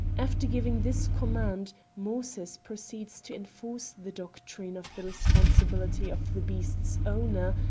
after giving this command, moses proceeds to enforce the doctrine of the responsibility of the beast's owner,